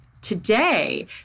Today